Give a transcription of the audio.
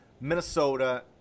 Minnesota